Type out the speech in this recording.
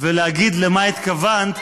ולהגיד למה התכוונת,